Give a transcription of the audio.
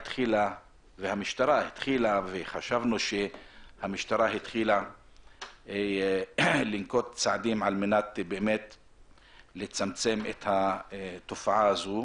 אז חשבנו שהמשטרה התחילה לנקוט צעדים על מנת לצמצם את התופעה הזו